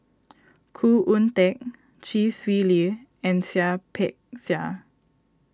Khoo Oon Teik Chee Swee Lee and Seah Peck Seah